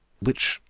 which,